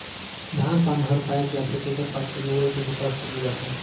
धान पान हर पायक जाथे तेखर पाछू लुवई के बूता करल जाथे